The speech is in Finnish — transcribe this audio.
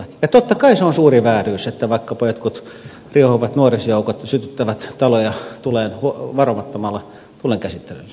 ja totta kai se on suuri vääryys että vaikkapa jotkut riehuvat nuorisojoukot sytyttävät taloja tuleen varomattomalla tulenkäsittelyllä